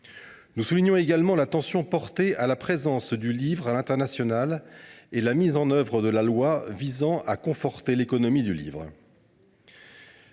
Nous saluons également l’attention portée à la présence du livre français à l’international, ainsi que la mise en œuvre de la loi visant à conforter l’économie du livre